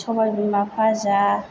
सबाय बिमा फाजा